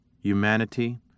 humanity